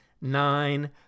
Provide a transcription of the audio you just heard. nine